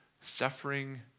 suffering